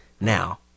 Now